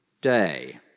day